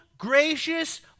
gracious